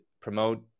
promote